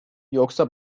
yoksa